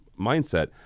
mindset